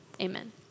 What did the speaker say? Amen